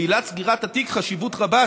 לעילת סגירת התיק חשיבות רבה,